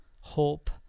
hope